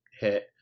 hit